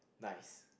nice